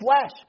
flesh